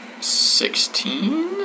Sixteen